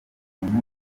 muntu